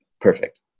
perfect